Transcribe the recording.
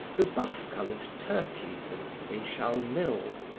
the buff-colored turkeys and seychal mills,